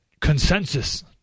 consensus